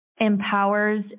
empowers